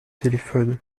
téléphone